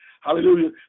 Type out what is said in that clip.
hallelujah